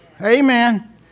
Amen